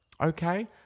Okay